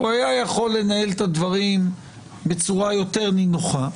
הוא יכול היה לנהל את הדברים בצורה יותר נינוחה.